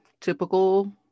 typical